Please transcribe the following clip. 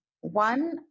one